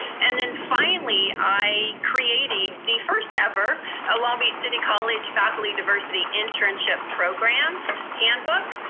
and then finally i created the first ever ah long beach city college faculty diversity internship program handbook.